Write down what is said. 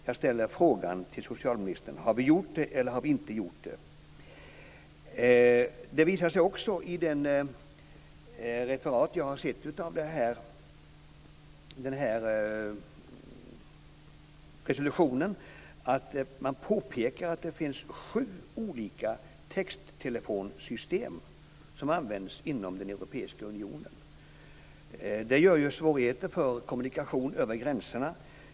Jag ställer därför frågan till socialministern: Har vi gjort det, eller har vi inte gjort det? I referatet av resolutionen påpekar man att det finns sju olika texttelefonsystem som används inom den europeiska unionen. Det gör ju att det blir svårigheter för kommunikation över gränserna.